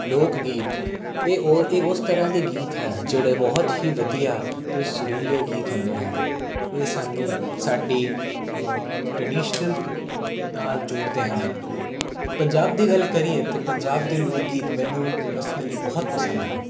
ਲੋਕ ਗੀਤ ਇਹ ਉਹ ਇਹ ਉਸ ਤਰ੍ਹਾਂ ਦੇ ਗੀਤ ਹੈ ਜਿਹੜੇ ਬਹੁਤ ਹੀ ਵਧੀਆ ਅਤੇ ਸੁਰੀਲੇ ਗੀਤ ਹੁੰਦੇ ਹਨ ਇਹ ਸਾਨੂੰ ਸਾਡੀ ਟਰੈਡੀਸ਼ਨਲ ਨਾਲ ਜੋੜਦੇ ਹਨ ਇਹ ਪੰਜਾਬ ਦੀ ਗੱਲ ਕਰੀਏ ਤਾਂ ਪੰਜਾਬ ਦੇ ਲੋਕ ਗੀਤ ਮੈਨੂੰ ਪਰਸਨਲੀ ਬਹੁਤ ਪਸੰਦ ਹਨ